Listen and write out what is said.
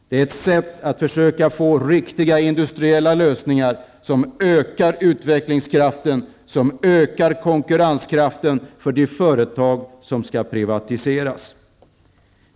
Det är ett sätt att försöka få riktiga industriella lösningar vilka ökar utvecklingskraften och konkurrenskraften för de företag som skall privatiseras.